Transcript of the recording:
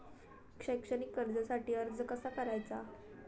शैक्षणिक कर्जासाठी अर्ज कसा करायचा?